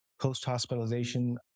post-hospitalization